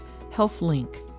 HealthLink